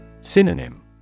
Synonym